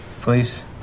please